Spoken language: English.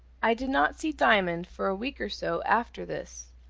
i did not see diamond for a week or so after this,